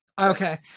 Okay